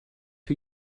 who